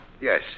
Yes